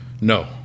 No